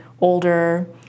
older